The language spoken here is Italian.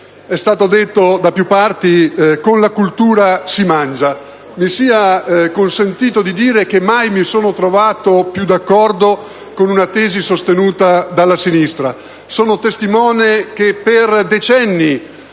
È stato detto da più parti che con la cultura si mangia. Mi sia consentito dire che mai mi sono trovato più d'accordo con una tesi sostenuta dalla sinistra. Sono testimone che per decenni